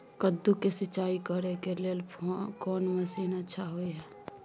कद्दू के सिंचाई करे के लेल कोन मसीन अच्छा होय है?